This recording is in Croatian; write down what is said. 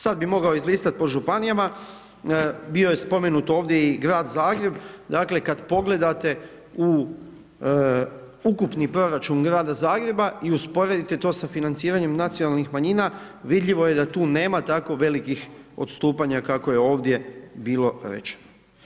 Sad bi mogao izlistat po županijama, bio je spomenut ovdje i Grad Zagreb, dakle, kad pogledate u ukupni proračun Grada Zagreba i usporedite to sa financiranjem nacionalnih manjina, vidljivo je da tu nema tako velikih odstupanja kako je ovdje bilo rečeno.